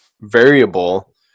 variable